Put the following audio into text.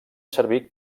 servir